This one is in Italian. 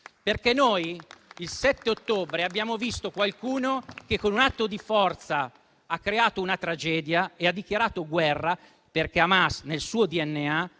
Il 7 ottobre abbiamo visto qualcuno che con un atto di forza ha creato una tragedia e ha dichiarato guerra perché Hamas nel suo DNA